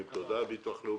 הביטוח הלאומי.